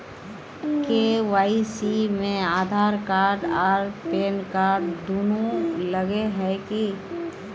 KYC में Aadhaar card आर PAN card दुनू लगे है की?